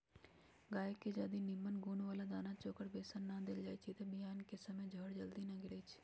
गाय के जदी निम्मन गुण बला दना चोकर बेसन न देल जाइ छइ तऽ बियान कें समय जर जल्दी न गिरइ छइ